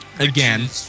Again